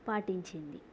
పాటించింది